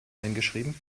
eingeschrieben